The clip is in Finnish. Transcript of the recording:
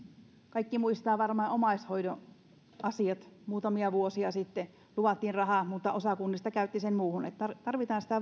kaikki varmaan muistavat omaishoidon asiat muutamia vuosia sitten luvattiin rahaa mutta osa kunnista käytti sen muuhun tarvitaan sitä